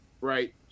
right